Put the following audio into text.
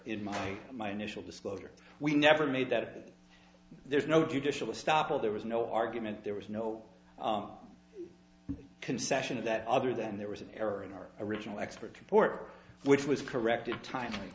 be my initial disclosure we never made that there's no judicial stoppel there was no argument there was no concession of that other than there was an error in our original expert's report which was corrected time